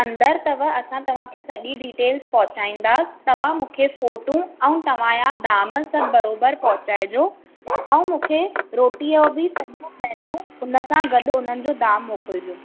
अंदरि अथव असां तव्हांखे सॼी डीटेल्स पहुचाईंदासीं तव्हां मूंखे फोटू ऐं तव्हां जा दाम सभु बराबरि पहुचाइजो ऐं मूंखे रोटीअ जो बि सॼो मेनू उन सां गॾु उन्हनि जो दाम मोकिलिजो